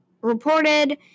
reported